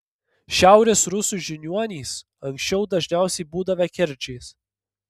šiaurės rusų žiniuonys anksčiau dažniausiai būdavę kerdžiais